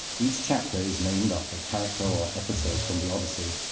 each chapter is named after a character or episode from the odyssey,